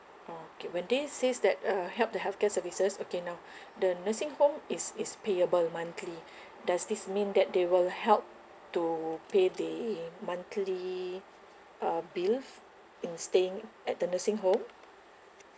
orh okay when they says that uh help the healthcare services okay now the nursing home it's it's payable monthly does this mean that they will help to pay the monthly uh bills in staying at the nursing home